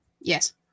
Yes